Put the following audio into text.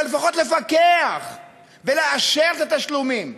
אלא לפקח ולאשר את התשלומים,